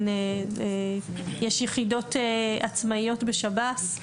יש יחידות עצמאיות בשב"ס,